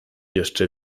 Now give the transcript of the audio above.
jeszcze